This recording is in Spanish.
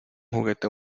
juguete